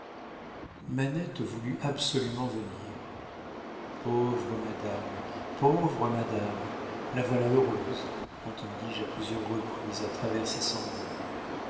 manette voulut absolument venir pauvre madame pauvre madame la voilà heureuse entendis je à plusieurs reprises à travers ses sanglots